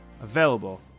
available